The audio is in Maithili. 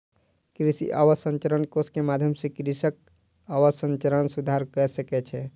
कृषि अवसंरचना कोष के माध्यम सॅ कृषक अवसंरचना सुधार कय सकै छै